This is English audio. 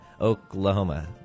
Oklahoma